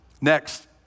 Next